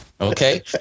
Okay